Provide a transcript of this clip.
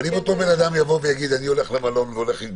אבל אם אותו אדם יגיד: אני הולך למלון להתבודד.